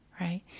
Right